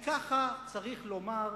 כי ככה צריך לומר,